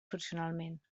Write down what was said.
funcionalment